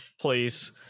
please